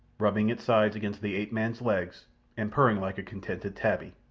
rubbing its sides against the ape-man's legs and purring like a contented tabby.